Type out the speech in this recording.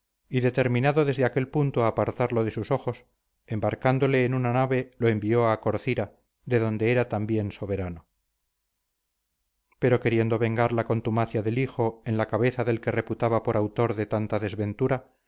y determinado desde aquel punto a apartarlo de sus ojos embarcándole en una nave le envió a corcira de donde era también soberano pero queriendo vengar la contumacia del hijo en la cabeza del que reputaba por autor de tanta desventura